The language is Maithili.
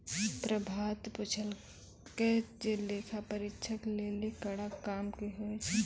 प्रभात पुछलकै जे लेखा परीक्षक लेली बड़ा काम कि होय छै?